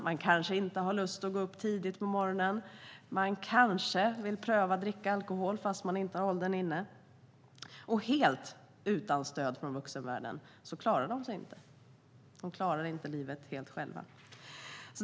Man kanske inte har lust att gå upp tidigt på morgonen. Man kanske vill pröva att dricka alkohol fast man inte har åldern inne. Helt utan stöd från vuxenvärlden klarar de sig inte. De klarar inte livet helt själva.